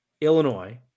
Illinois